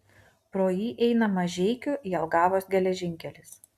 pro jį eina mažeikių jelgavos geležinkelis